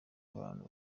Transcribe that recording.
abantu